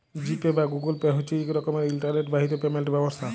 জি pay বা Google pay হছে ইক রকমের ইলটারলেট বাহিত পেমেল্ট ব্যবস্থা